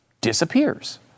disappears